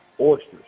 oysters